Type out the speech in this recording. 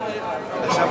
ציטטה